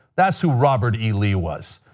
that is who robert e lee was.